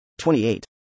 28